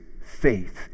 faith